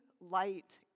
light